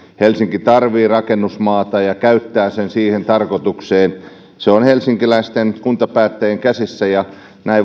helsinki tarvitsee rakennusmaata ja käyttää sen siihen tarkoitukseen se on helsinkiläisten kuntapäättäjien käsissä ja näin